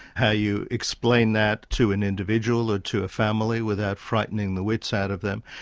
how you explain that to an individual or to a family, without frightening the wits out of them.